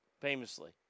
famously